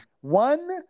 One